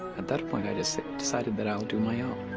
at that point i decided that i'll do my own.